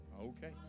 okay